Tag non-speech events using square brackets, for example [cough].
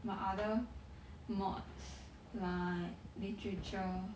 my other [breath] mods like literature